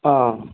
ആ